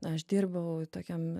aš dirbau tokiam